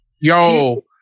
yo